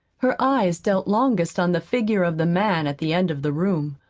her eyes dwelt longest on the figure of the man at the end of the room.